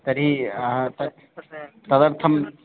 तर्हि तद् तदर्थम्